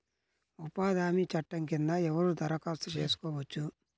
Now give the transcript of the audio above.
ఉపాధి హామీ చట్టం కింద ఎవరు దరఖాస్తు చేసుకోవచ్చు?